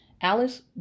Alice